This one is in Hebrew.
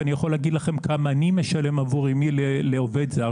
אני יכול להגיד לכם כמה אני משלם עבור אמי לעובד זר,